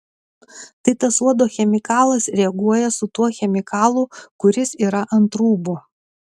tai tas uodo chemikalas reaguoja su tuo chemikalu kuris yra ant rūbų